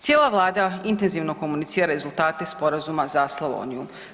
Cijela Vlada intenzivno komunicira rezultate sporazuma za Slavoniju.